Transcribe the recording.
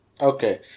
Okay